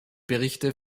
berichte